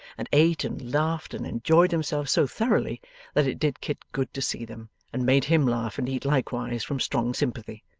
and ate and laughed and enjoyed themselves so thoroughly that it did kit good to see them, and made him laugh and eat likewise from strong sympathy.